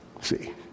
See